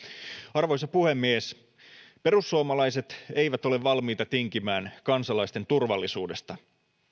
arvoisa puhemies perussuomalaiset eivät ole valmiita tinkimään kansalaisten turvallisuudesta